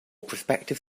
prospective